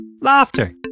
Laughter